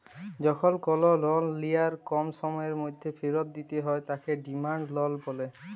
যখল কল লল লিয়ার কম সময়ের ম্যধে ফিরত দিতে হ্যয় তাকে ডিমাল্ড লল ব্যলে